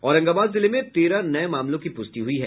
औरंगाबाद जिले में तेरह नये मामलों की पुष्टि हुई है